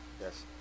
Yes